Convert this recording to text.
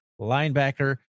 linebacker